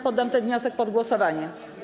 Poddam ten wniosek pod głosowanie.